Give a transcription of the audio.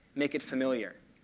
make it familiar.